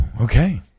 Okay